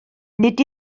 nid